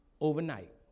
overnight